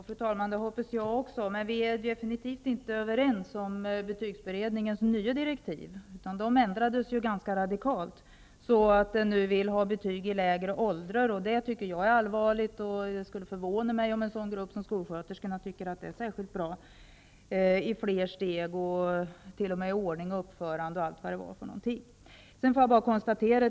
Fru talman! Det hoppas jag också, men vi är absolut inte överens om betygsberedningens nya direktiv. Direktiven ändrades ju ganska radikalt. Nu vill man ha betyg i lägre klasser, vilket jag tycker är allvarligt. Det skulle förvåna mig om en sådan grupp som skolsköterskorna tycker att det vore särskilt bra. Man vill t.o.m. ha betyg i ordning och uppförande.